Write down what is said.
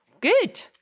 good